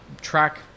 track